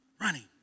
running